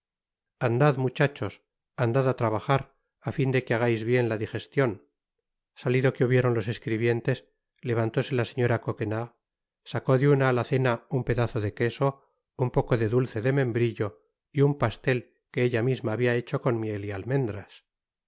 andad muchachos andad á trabajar á fin de que hagais bien la dijeslion salido que hubieron los escribientes levantóse la señora coquenard sacó de una alacena un pedazo de queso un poco de dulce de membrillo y un pastel que ella misma habia hecho con miel y almendras